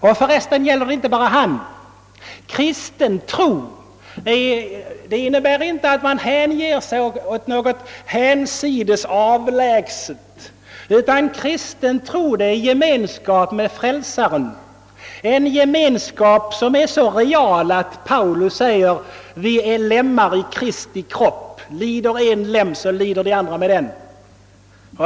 För resten gäller det inte bara Honom. Kristen tro innebär inte att man hänger sig åt något hinsides fjärran avlägset. Kristen tro är gemenskap med Frälsaren, en gemenskap som är så real att Paulus kan säga: »Vi äro lemmar i Kristi kropp ——— om en lem lider så lider de andra med den.»